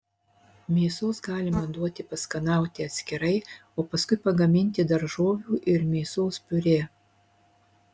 mėsos galima duoti paskanauti atskirai o paskui pagaminti daržovių ir mėsos piurė